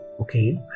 Okay